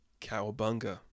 Cowabunga